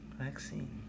Vaccine